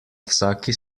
vsaki